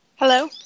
hello